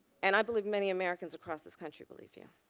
and i believe many americans across this country believe you.